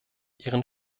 ihren